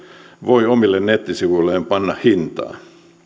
voi omille nettisivuilleen panna hintaa